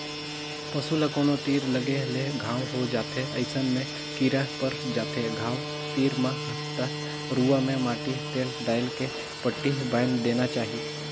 पसू ल कोनो तीर लगे ले घांव हो जाथे अइसन में कीरा पर जाथे घाव तीर म त रुआ में माटी तेल डायल के पट्टी बायन्ध देना चाही